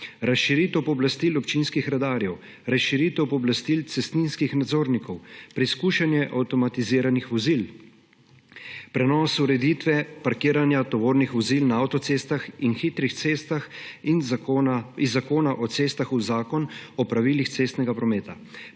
razširitev pooblastil občinskih redarjev, razširitev pooblastil cestninskih nadzornikov, preizkušanje avtomatiziranih vozil, prenos ureditve parkiranja tovornih vozil na avtocestah in hitrih cestah iz Zakona o cestah v Zakon o pravilih cestnega prometa,